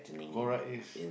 correct is